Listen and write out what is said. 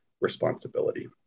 responsibility